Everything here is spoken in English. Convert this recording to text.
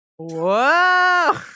whoa